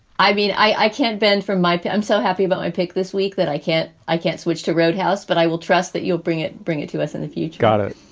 i mean, i can't bend from my. i'm so happy about. i pick this week that i can't i can't switch to roadhouse, but i will trust that you'll bring it bring it to us in the future. got it.